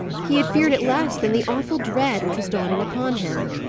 he had feared it less than the awful dread which was dawning upon him.